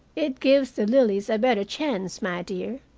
it gives the lilies a better chance, my dear.